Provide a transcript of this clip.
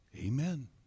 Amen